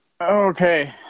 Okay